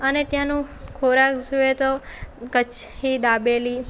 અને ત્યાંનું ખોરાક જોઈએ તો કચ્છી દાબેલી